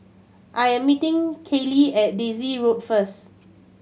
I am meeting Kiley at Daisy Road first